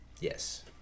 Yes